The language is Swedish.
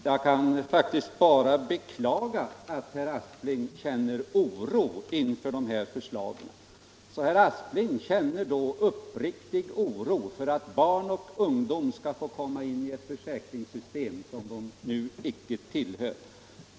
Herr talman! Jag kan faktiskt bara beklaga att herr Aspling känner oro inför dessa förslag. Herr Aspling känner alltså uppriktig oro för att barn och ungdom skall få komma in i ett försäkringssystem som de nu inte tillhör.